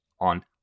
on